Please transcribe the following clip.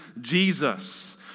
Jesus